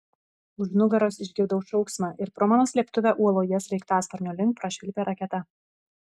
už nugaros išgirdau šauksmą ir pro mano slėptuvę uoloje sraigtasparnio link prašvilpė raketa